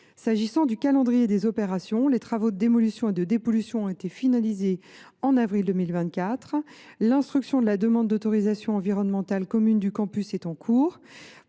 concerne le calendrier des opérations, les travaux de démolition et de dépollution ont été finalisés en avril 2024. L’instruction de la demande d’autorisation environnementale commune du campus est en cours.